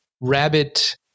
Rabbit